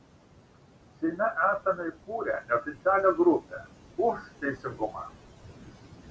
seime esame įkūrę neoficialią grupę už teisingumą